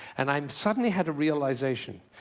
and i um suddenly had a realization.